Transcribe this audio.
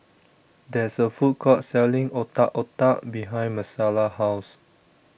There IS A Food Court Selling Otak Otak behind Marcella's House